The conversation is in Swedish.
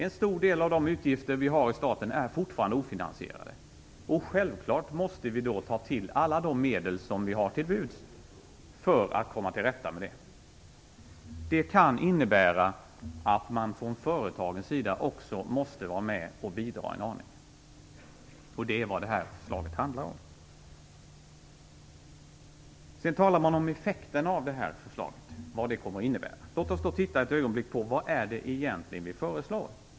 En stor del av de utgifter vi har i staten är fortfarande ofinansierade. Självfallet måste vi ta till alla de medel som står till buds för att komma till rätta med detta. Det kan innebära att företagen också måste vara med och bidra en aning. Det är vad detta förslag handlar om. Man talar om effekterna av förslaget - vad det kommer att innebära. Låt oss titta ett ögonblick på vad det egentligen är vi föreslår.